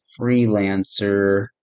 freelancer